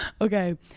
Okay